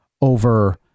over